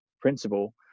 principle